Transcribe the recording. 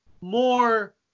more